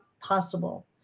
possible